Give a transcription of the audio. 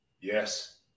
Yes